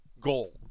goal